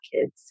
Kids